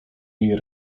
jej